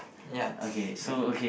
ya it's your turn